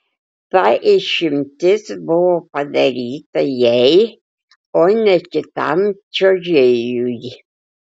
ta išimtis buvo padaryta jai o ne kitam čiuožėjui